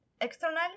external